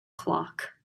clock